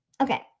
Okay